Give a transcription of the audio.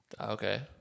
Okay